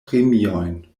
premiojn